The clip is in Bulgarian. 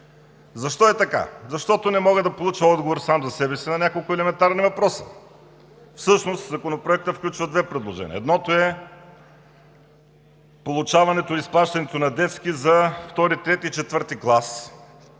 Защо е така? Защото не мога да получа отговор сам за себе си на няколко елементарни въпроса. Всъщност Законопроектът включва две предложения. Едното е получаването и изплащането на детски за II, III и IV клас.